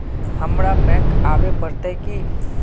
हमरा बैंक आवे पड़ते की?